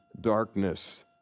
darkness